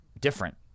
different